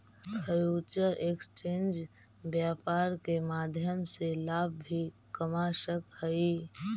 future exchange व्यापार के माध्यम से लाभ भी कमा सकऽ हइ